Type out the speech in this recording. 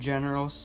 General